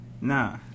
Nah